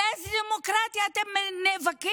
על איזו דמוקרטיה אתם נאבקים?